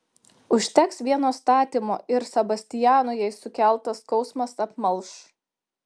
užteks vieno statymo ir sebastiano jai sukeltas skausmas apmalš